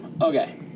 Okay